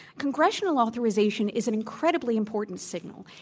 congressional authorization is an incre dibly important signal.